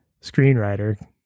screenwriter